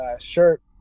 shirt